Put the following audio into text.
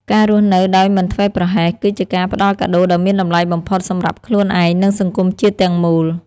ការរស់នៅដោយមិនធ្វេសប្រហែស គឺជាការផ្តល់កាដូដ៏មានតម្លៃបំផុតសម្រាប់ខ្លួនឯង និងសង្គមជាតិទាំងមូល។